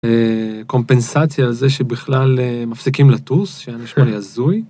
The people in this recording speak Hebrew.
קומפנסציה זה שבכלל מפסיקים לטוס שאני זה נשמע לי הזוי.